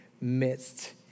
midst